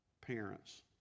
parents